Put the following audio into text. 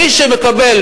מי שמקבל